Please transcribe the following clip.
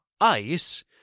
ice